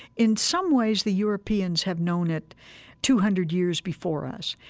in some ways, the europeans have known it two hundred years before us.